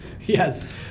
Yes